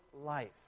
life